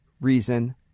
reason